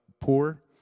poor